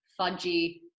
fudgy